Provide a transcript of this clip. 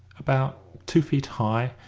about two feet high,